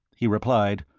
he replied.